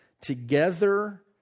together